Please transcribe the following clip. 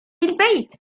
البيت